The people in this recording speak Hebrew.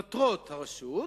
מטרות הרשות: